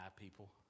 people